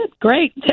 great